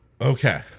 Okay